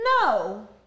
No